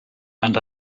and